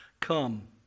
Come